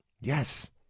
Yes